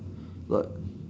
what